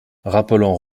rappelant